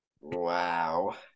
Wow